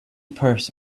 purse